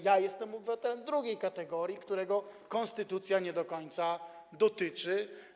Ja jestem obywatelem drugiej kategorii, którego konstytucja nie do końca dotyczy.